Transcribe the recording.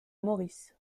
maurice